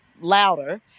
louder